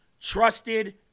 trusted